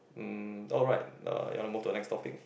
mm alright uh you want to move to the next topic